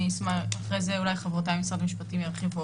אחרי זה אולי חברותיי ממשרד המשפטים ירחיבו,